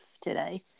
today